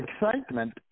excitement